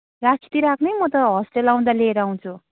राखिदिइ राख्नु है म त होस्टेल आउँदै लिएर आउँछु